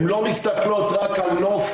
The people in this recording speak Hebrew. הם לא מסתכלות רק על נוף,